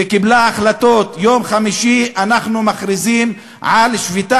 וקיבלה החלטות: אנחנו מכריזים על שביתה